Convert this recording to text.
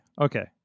Okay